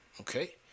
Okay